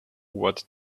what